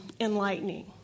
enlightening